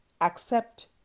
accept